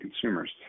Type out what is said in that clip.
consumers